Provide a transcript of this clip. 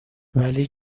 ولی